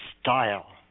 style